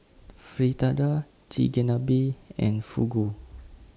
Fritada Chigenabe and Fugu